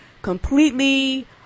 completely